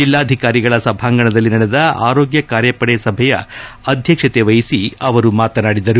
ಜಿಲ್ಲಾಧಿಕಾರಿಗಳ ಸಭಾಂಗಣದಲ್ಲಿ ನಡೆದ ಆರೋಗ್ಯ ಕಾರ್ಯಪಡೆ ಸಭೆಯ ಅಧ್ಯಕ್ಷತೆ ವಹಿಸಿ ಅವರು ಮಾತನಾಡಿದರು